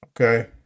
Okay